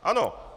Ano.